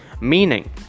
Meaning